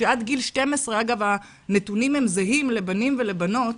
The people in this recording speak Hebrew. אגב, הנתונים זהים לבנים ולבנות,